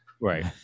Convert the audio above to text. Right